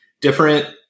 different